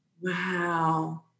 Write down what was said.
Wow